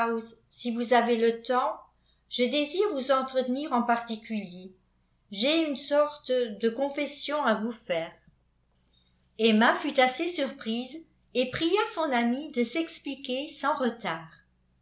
si vous avez le temps je désire vous entretenir en particulier j'ai une sorte de confession à vous faire emma fut assez surprise et pria son amie de s'expliquer sans retard